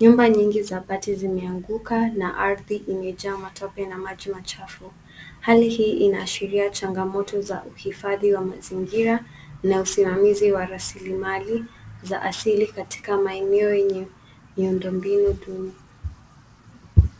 Nyumba nyingi za bati zimeanguka na ardhi imejaa matope na maji machafu. Hali hii inaashiria changamoto za uhifadhi wa mazingira na usimamizi wa rasilimali za asili katika maeneo yenye miundombinu duni.